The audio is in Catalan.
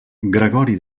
gregori